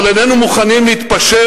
אבל איננו מוכנים להתפשר